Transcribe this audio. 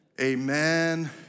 amen